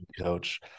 coach